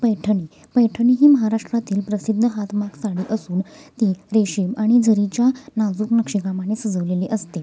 पैठणी पैठणी ही महाराष्ट्रातील प्रसिद्ध हातमाग साडी असून ती रेशीम आणि जरीच्या नाजूक नक्षीकामाने सजवलेली असते